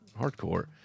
Hardcore